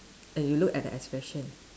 and you look at the expression